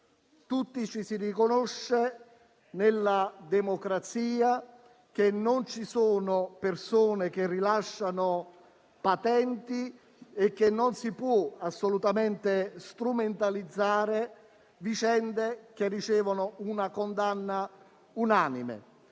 che ci si riconosce nella democrazia, che non ci sono persone che rilasciano patenti e che non si possono assolutamente strumentalizzare vicende che ricevono una condanna unanime.